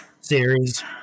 series